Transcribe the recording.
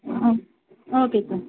oh okay sir